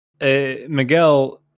Miguel